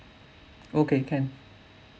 okay can